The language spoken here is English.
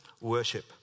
worship